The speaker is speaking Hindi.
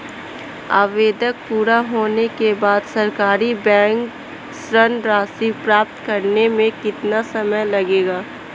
आवेदन पूरा होने के बाद सरकारी बैंक से ऋण राशि प्राप्त करने में कितना समय लगेगा?